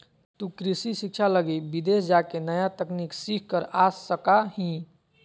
तु कृषि शिक्षा लगी विदेश जाके नया तकनीक सीख कर आ सका हीं